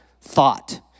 thought